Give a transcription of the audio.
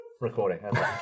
recording